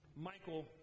Michael